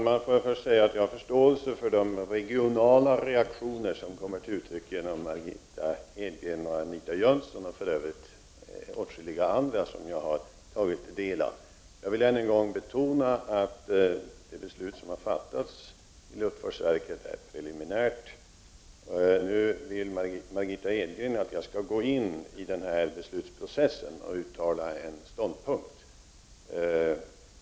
Herr talman! Jag har förståelse för de regionalpolitiska reaktioner som kommer till uttryck genom Margitta Edgren och Anita Jönsson och från många andra håll. Jag vill än en gång betona att det beslut som har fattats i luftfartsverket är preliminärt. Margitta Edgren vill att jag nu skall gå in i beslutsprocessen och uttala en ståndpunkt.